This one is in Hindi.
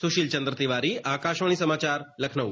सुशील चंद्र तिवारी आकाशवाणी समाचार लखनऊ